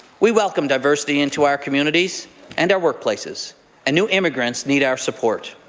we welcome diversity into our community and our workplaces and new immigrants need our support.